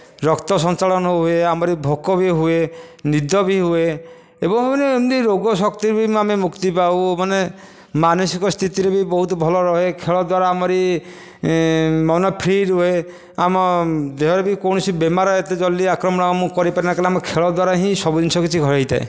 ରକ୍ତ ସଞ୍ଚାଳନ ହୁଏ ଆମରି ଭୋକ ବି ହୁଏ ନିଦ ବି ହୁଏ ଏବଂ ମାନେ ଏମିତି ରୋଗ ଶକ୍ତି ବି ମାନେ ଆମେ ମୁକ୍ତି ପାଉ ମାନେ ମାନସିକ ସ୍ଥିତିରୁ ବି ବହୁତ ଭଲ ରୁହେ ଖେଳ ଦ୍ଵାରା ଆମରି ମନ ଫ୍ରି ରୁହେ ଆମ ଦେହରେ ବି କୌଣସି ବେମାର ଏତେ ଜଲ୍ଦି ଆକ୍ରମଣ ଆମକୁ କରିପାରେନା କାରଣ ଆମ ଖେଳ ଦ୍ଵାରା ହିଁ ସବୁ ଜିନିଷ କିଛି ହୋଇଥାଏ